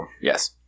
Yes